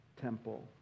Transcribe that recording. temple